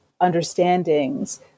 understandings